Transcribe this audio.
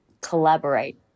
collaborate